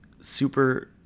super